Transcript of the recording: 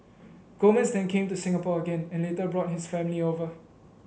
Gomez then came to Singapore again and later brought his family over